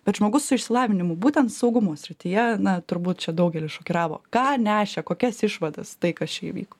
bet žmogus su išsilavinimu būtent saugumo srityje na turbūt čia daugelį šokiravo ką nešė kokias išvadas tai kas čia įvyko